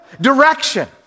Direction